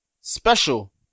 Special